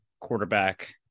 quarterback